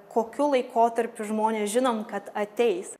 kokiu laikotarpiu žmonės žinom kad ateis